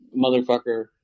motherfucker